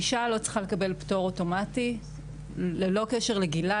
אישה לא צריכה לקבל פטור אוטומטי ללא קשר לגילה,